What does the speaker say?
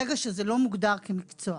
ברגע שזה לא מוגדר כמקצוע,